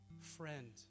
Friend